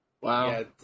Wow